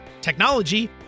technology